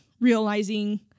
realizing